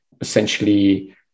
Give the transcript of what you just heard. essentially